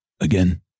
again